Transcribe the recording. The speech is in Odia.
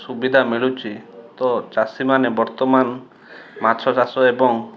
ସୁବିଧା ମିଳୁଛି ତ ଚାଷୀମାନେ ବର୍ତ୍ତମାନ ମାଛ ଚାଷ ଏବଂ